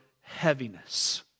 heaviness